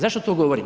Zašto to govorim?